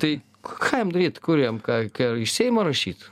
tai ką jam daryt kur jam ką ką į seimą rašyt